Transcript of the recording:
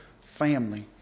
family